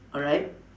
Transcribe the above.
alright